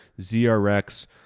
ZRX